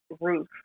roof